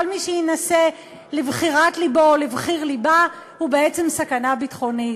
כל מי שיינשא לבחירת לבו או לבחיר לבה הוא בעצם סכנה ביטחונית.